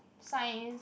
science